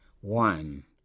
One